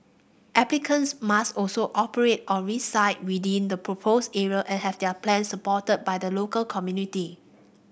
applicants must also operate or reside within the proposed area and have their plans supported by the local community